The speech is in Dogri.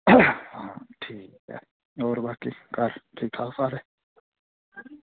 हां ठीक ऐ होर बाकी घर ठीक ठाक सारे